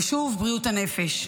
ושוב בריאות הנפש.